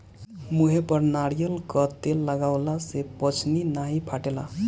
मुहे पर नारियल कअ तेल लगवला से पछ्नी नाइ फाटेला